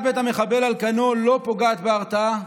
בית המחבל על כנו לא פוגעת בהרתעה?